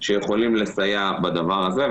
שיכולים לסייע בדבר הזה.